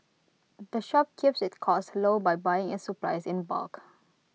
the shop keeps its costs low by buying its supplies in bulk